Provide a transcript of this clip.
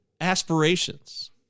aspirations